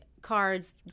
cards